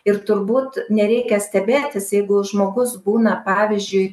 ir turbūt nereikia stebėtis jeigu žmogus būna pavyzdžiui